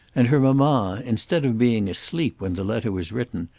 and her mamma, instead of being asleep when the letter was written,